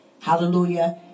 Hallelujah